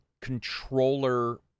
controller